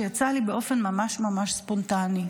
שיצא לי באופן ממש ממש ספונטני.